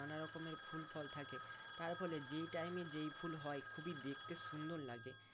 নানা রকমের ফুল ফল থাকে তার ফলে যেই টাইমে যেই ফুল হয় খুবই দেখতে সুন্দর লাগে